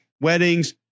weddings